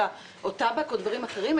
טבק או דברים אחרים,